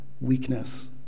weakness